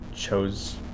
chose